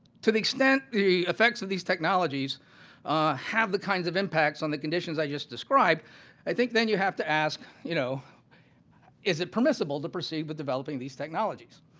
to the extent, the effects of these technologies have the kinds of impacts on the conditions i just described i think then you have to ask you know is it permissible to perceive but developing these technologies?